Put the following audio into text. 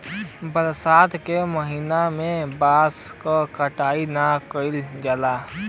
बरसात के महिना में बांस क कटाई ना कइल जाला